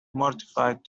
mortified